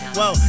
Whoa